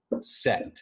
set